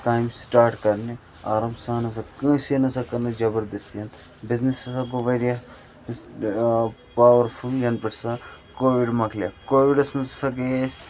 کامہِ سٹاٹ کَرنہٕ آرام سان ہَسا کٲنٛسے نَسا کٔر نہٕ جَبَردَستی بِزنٮ۪س ہَسا گوٚو واریاہ پاوَرفُل یَنہٕ پٮ۪ٹھ سا کووِڈ مۄکلیٚو کووِڈَس مَنٛز ہَسا گٔیے اَسہِ